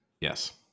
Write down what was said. Yes